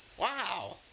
Wow